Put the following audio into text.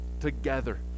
together